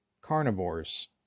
carnivores